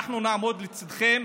אנחנו נעמוד לצידכם.